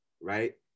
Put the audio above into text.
right